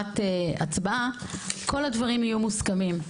כל הדברים יהיו מוסכמים.